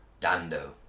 Dando